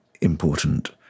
important